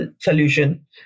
solution